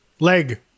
Leg